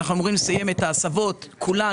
אנחנו אמורים לסיים את ההסבות כולן,